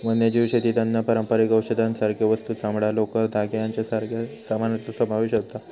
वन्यजीव शेतीत अन्न, पारंपारिक औषधांसारखे वस्तू, चामडां, लोकर, धागे यांच्यासारख्या सामानाचो समावेश होता